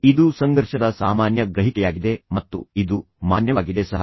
ಇದು ಸಂಘರ್ಷದ ಸಾಮಾನ್ಯ ಗ್ರಹಿಕೆಯಾಗಿದೆ ಮತ್ತು ಇದು ಮಾನ್ಯವಾಗಿದೆ ಸಹ